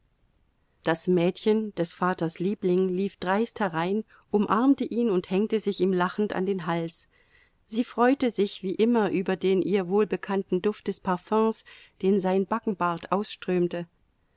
das mädchen des vaters liebling lief dreist herein umarmte ihn und hängte sich ihm lachend an den hals sie freute sich wie immer über den ihr wohlbekannten duft des parfüms den sein backenbart ausströmte